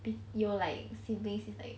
if your like siblings is like